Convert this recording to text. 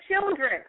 children